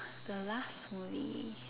the last movie